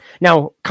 Now